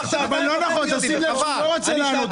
אבל לא נכון, שים לב שהוא לא רוצה לענות.